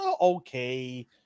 okay